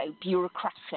bureaucratic